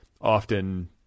often